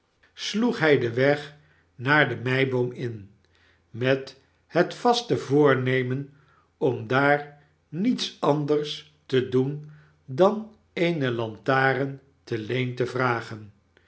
sloeg hij den weg naar de meiboom in met het vaste voornemen om daar niets anders te doen dan eene lantaren te leen te vragen